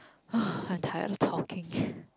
I'm tired of talking